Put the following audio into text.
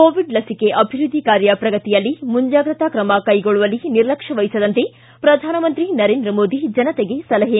Covid ಲಸಿಕೆ ಅಭಿವೃದ್ಧಿ ಕಾರ್ಯ ಪ್ರಗತಿಯಲ್ಲಿ ಮುಂಚಾಗ್ರತಾ ತ್ರಮ ಕೈಗೊಳ್ಳುವಲ್ಲಿ ನಿರ್ಲಕ್ಷ್ಯ ವಹಿಸದಂತೆ ಪ್ರಧಾನಮಂತ್ರಿ ನರೇಂದ್ರ ಮೋದಿ ಜನತೆಗೆ ಸಲಹೆ